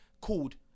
called